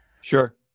Sure